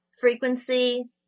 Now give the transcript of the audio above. frequency